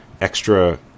Extra